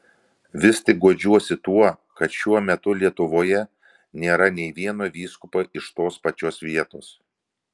vis tik guodžiuosi tuo kad šiuo metu lietuvoje nėra nė vieno vyskupo iš tos pačios vietos